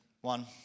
one